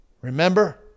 Remember